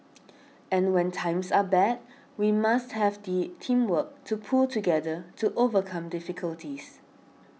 and when times are bad we must have the teamwork to pull together to overcome difficulties